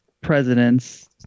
presidents